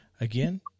Again